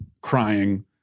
crying